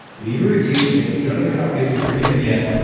leave a review. and if you don't have a copy of superhuman yet,